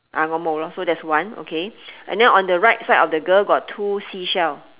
ah ngo mou lor so that's one okay and then on the right side of the girl got two seashell